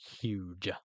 huge